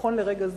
נכון לרגע זה,